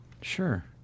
Sure